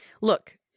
Look